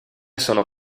sono